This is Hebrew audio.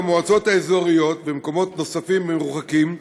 במועצות האזוריות ובמקומות מרוחקים נוספים,